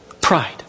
pride